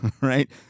right